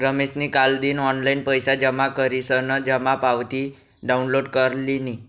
रमेशनी कालदिन ऑनलाईन पैसा जमा करीसन जमा पावती डाउनलोड कर लिनी